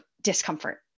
discomfort